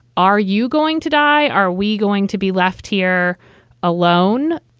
are you going to die? are we going to be left here alone?